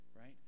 right